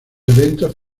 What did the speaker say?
eventos